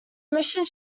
missions